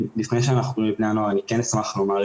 ולפני שהלכנו לבני הנוער אני כן אשמח לומר,